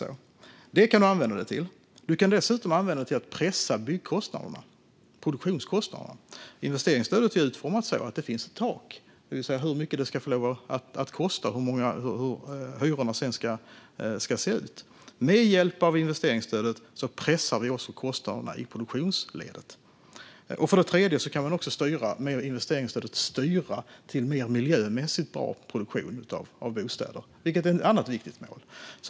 Du kan dessutom använda investeringsstödet till att pressa byggkostnaderna - produktionskostnaderna. Investeringsstödet är utformat så att det finns ett tak, det vill säga hur mycket byggandet får kosta och hur hyrorna sedan ska se ut. Med hjälp av investeringsstödet pressas också kostnaderna i produktionsledet. Vidare kan man med hjälp av investeringsstödet styra till mer miljömässigt bra produktion av bostäder, vilket är ett annat viktigt mål.